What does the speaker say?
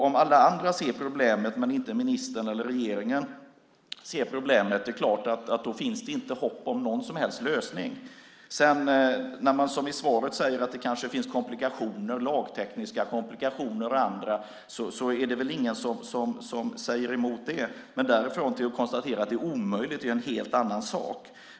Om alla andra ser problemet men inte ministern och regeringen, då finns det inte hopp om någon som helst lösning. Det sägs i svaret att det kanske finns lagtekniska komplikationer och annat. Det är ingen som säger emot det. Men därifrån till att man konstaterar att det är omöjligt är en helt annan sak.